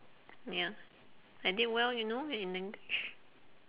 ya I did well you know in english